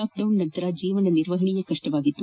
lockdown ನಂತರ ಜೀವನ ನಿರ್ವಹಣೆ ಕಷ್ವವಾಗಿತ್ತು